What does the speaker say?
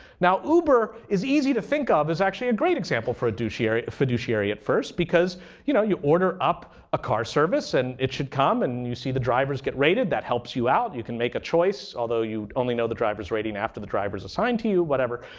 now uber is easy to think of as actually a great example for a fiduciary at first because you know you order up a car service and it should come and you see the drivers get rated. that helps you out. you can make a choice, although you'd only know the driver's rating after the driver's assigned to you. whatever.